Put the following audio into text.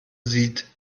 sieht